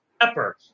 pepper